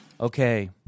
Okay